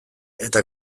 eta